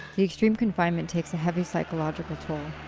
the extreme confinement takes a heavy psychological toll.